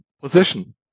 position